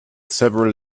several